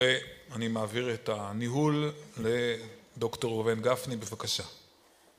אני מעביר את הניהול לדוקטור ראובן גפני, בבקשה.